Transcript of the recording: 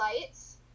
lights